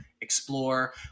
explore